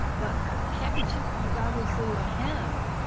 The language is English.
but happy chicken is obviously a him.